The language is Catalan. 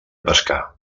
pescar